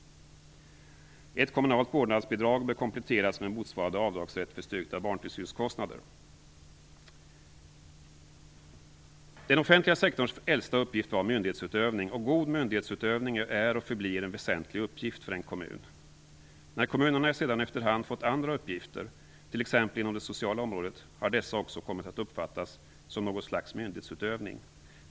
Ett kommunalt vårdnadsbidrag bör kompletteras med motsvarande avdragsrätt för styrkta barntillsynskostnader. Den offentliga sektorns äldsta uppgift var myndighetsutövning. God myndighetsutövning är och förblir en väsentlig uppgift för en kommun. När kommunerna sedan efter hand fått andra uppgifter, t.ex. inom det sociala området, har dessa också kommit att uppfattas som något slags myndighetsutövning.